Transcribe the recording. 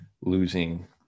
losing